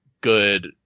good